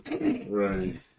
Right